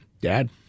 Dad